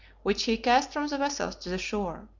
which he cast from the vessels to the shore.